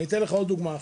אתן עוד דוגמה: